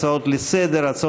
הצעות לסדר-היום,